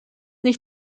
nicht